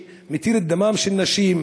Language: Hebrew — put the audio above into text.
שמתיר את דמן של נשים,